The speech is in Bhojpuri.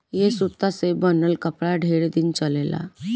ए सूता से बनल कपड़ा ढेरे दिन चलेला